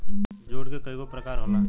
जुट के कइगो प्रकार होला